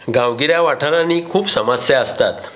गांवगिऱ्या वाठारांनी खूब समस्या आसतात